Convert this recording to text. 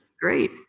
Great